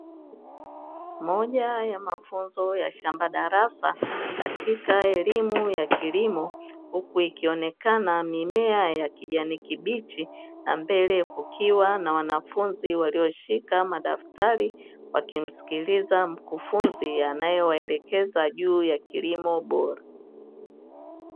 Moja ya mafunzo ya shamba darasa katika elimu ya kilimo huku ikionekana mimea ya kijani kibichi na mbele kukiwa na wanafunzi walioshika madaftari, wakimsikiliza mkufunzi anayewaelekeza juu ya kilimo bora.